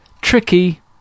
tricky